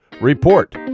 report